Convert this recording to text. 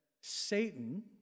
Satan